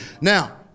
Now